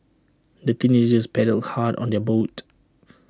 the teenagers paddled hard on their boat